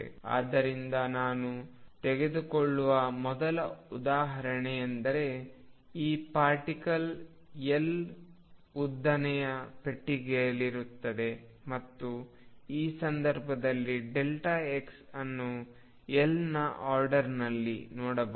ಆದ್ದರಿಂದ ನಾನು ತೆಗೆದುಕೊಳ್ಳುವ ಮೊದಲ ಉದಾಹರಣೆಯೆಂದರೆ ಈ ಪಾರ್ಟಿಕಲ್ L ಉದ್ದನೆಯ ಪೆಟ್ಟಿಗೆಯಲ್ಲಿರುತ್ತದೆ ಮತ್ತು ಈ ಸಂದರ್ಭದಲ್ಲಿ x ಅನ್ನು Lನ ಆರ್ಡರ್ನಲ್ಲಿ ನೋಡಬಹುದು